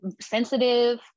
sensitive